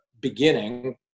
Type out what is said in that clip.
beginning